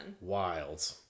Wild